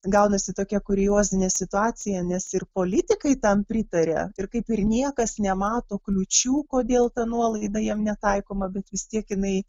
gaunasi tokia kuriozinė situacija nes ir politikai tam pritaria ir kaip ir niekas nemato kliūčių kodėl ta nuolaida jiem netaikoma bet vis tiek jinai